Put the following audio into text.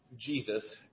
Jesus